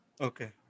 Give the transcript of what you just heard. Okay